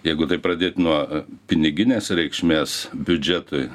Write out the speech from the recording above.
jeigu taip pradėt nuo piniginės reikšmės biudžetui